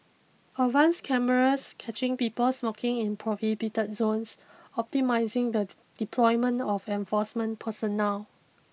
advanced cameras catching people smoking in prohibited zones optimising the deployment of enforcement personnel